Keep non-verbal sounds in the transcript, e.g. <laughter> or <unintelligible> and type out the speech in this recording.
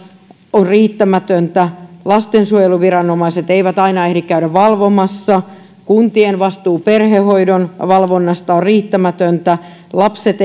on riittämätöntä lastensuojeluviranomaiset eivät aina ehdi käydä valvomassa kuntien vastuu perhehoidon valvonnasta on riittämätöntä lapset <unintelligible>